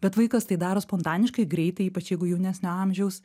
bet vaikas tai daro spontaniškai greitai ypač jeigu jaunesnio amžiaus